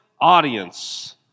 audience